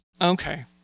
Okay